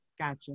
gotcha